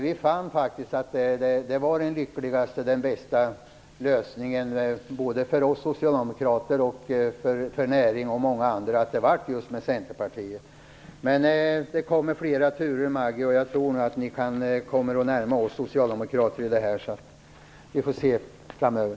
Vi fann faktiskt att det var den lyckligaste och den bästa lösningen både för oss socialdemokrater och för näringen och många andra att det blev just med Centerpartiet. Men det kommer fler turer, Maggi Mikaelsson. Jag tror nog att ni kommer att närma er oss socialdemokrater i de här frågorna. Vi får se framöver.